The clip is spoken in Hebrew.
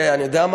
אני יודע,